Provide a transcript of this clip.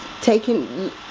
taking